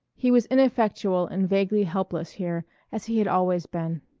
he was ineffectual and vaguely helpless here as he had always been.